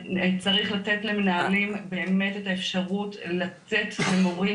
צריך לתת למנהלים באמת את האפשרות לתת למורים